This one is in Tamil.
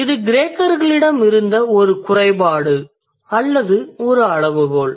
இது கிரேக்கர்களிடம் இருந்த ஒரு குறைபாடு அல்லது அளவுகோல்